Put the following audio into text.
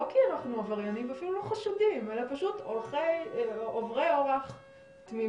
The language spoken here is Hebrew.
לא כי אנחנו עבריינים ואפילו לא חשודים אלא עוברי אורח תמימים,